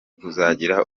kuzagira